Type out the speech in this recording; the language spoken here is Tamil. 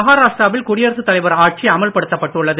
மஹாராஷ்டிராவில் குடியரசுத் தலைவர் ஆட்சி அமல் படுத்தப் பட்டுள்ளது